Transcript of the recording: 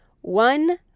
One